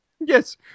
Yes